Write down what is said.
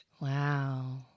Wow